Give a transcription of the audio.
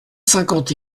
cinquante